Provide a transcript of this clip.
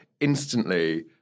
instantly